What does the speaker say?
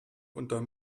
unter